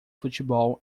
futebol